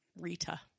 Rita